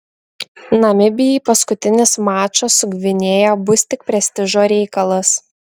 namibijai paskutinis mačas su gvinėja bus tik prestižo reikalas